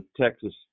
Texas